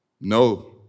No